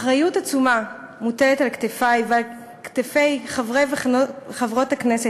אחריות עצומה מוטלת על כתפי ועל כתפי חברי וחברות הכנסת,